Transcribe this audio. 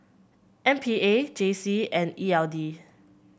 M P A J C and E L D